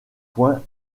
points